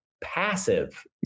passive